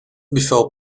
before